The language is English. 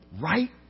right